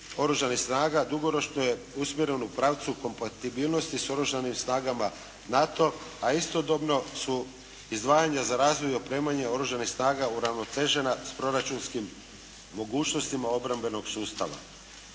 Oružanih snaga dugoročno je usmjeren u pravcu kompatibilnost s Oružanim snagama NATO, a istodobno su izdvajanja za razvoj i opremanje Oružanih snaga uravnotežena s proračunskim mogućnostima obrambenog sustava.